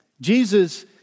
Jesus